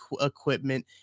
equipment